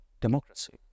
democracy